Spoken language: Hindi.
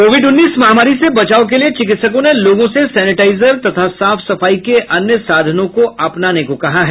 कोविड उन्नीस महामारी से बचाव के लिये चिकित्सकों ने लोगों से सैनिटाइजर तथा साफ सफाई के अन्य साधनों को अपनाने को कहा है